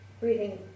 breathing